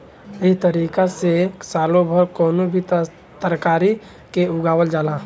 एह तारिका से सालो भर कवनो भी तरकारी के उगावल जाला